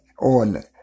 on